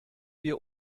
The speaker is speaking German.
wir